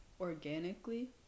organically